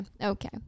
Okay